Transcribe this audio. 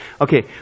Okay